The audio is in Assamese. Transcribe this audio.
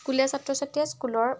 স্কুলীয়া ছাত্ৰ ছাত্ৰীয়ে স্কুলৰ